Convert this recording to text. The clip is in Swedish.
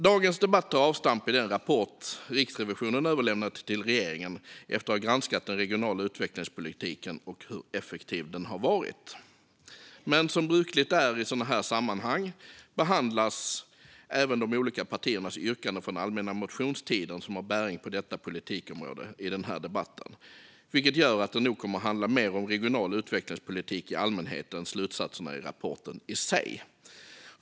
Dagens debatt tar avstamp i den rapport som Riksrevisionen har överlämnat till regeringen efter att ha granskat den regionala utvecklingspolitiken och hur effektiv den har varit. Men som brukligt är i sådana här sammanhang behandlas även de olika partiernas yrkanden från allmänna motionstiden som har bäring på detta politikområde i denna debatt, vilket gör att den nog kommer att handla mer om regional utvecklingspolitik i allmänhet än slutsatserna i rapporten i sig.